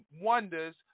Wonders